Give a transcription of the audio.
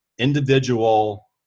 individual